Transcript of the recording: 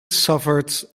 suffered